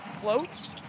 floats